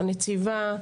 הנציבה,